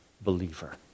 believer